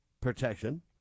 protection